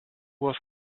was